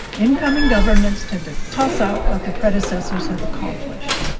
incoming governments tend to toss out what their predecessors have accomplished.